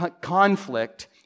conflict